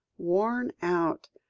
worn out,